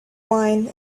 wine